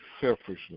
selfishness